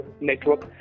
network